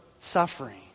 suffering